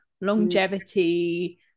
longevity